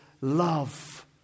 love